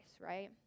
right